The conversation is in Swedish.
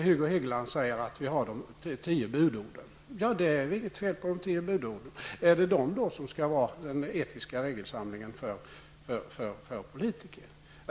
Hugo Hegeland talade om de tio budorden. Det är inget fel på de tio budorden. Är det dessa som skall utgöra den etiska regelsamlingen för politiker?